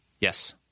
Yes